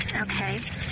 Okay